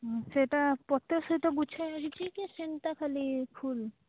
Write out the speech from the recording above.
ହଁ ସେଇଟା ପତର ସହିତ ଗୁଚ୍ଛା ହେଇଛି କି ସେନ୍ତା ଖାଲି ଫୁଲ୍